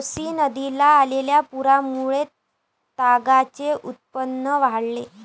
कोसी नदीला आलेल्या पुरामुळे तागाचे उत्पादन वाढले